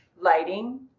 lighting